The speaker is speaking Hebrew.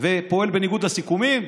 ופועל בניגוד לסיכומים.